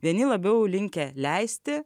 vieni labiau linkę leisti